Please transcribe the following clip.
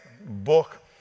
book